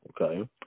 Okay